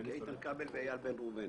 איתן כבל ואיל בן ראובן.